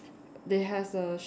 they has a short